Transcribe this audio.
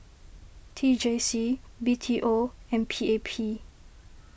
T J C B T O and P A P